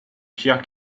pierre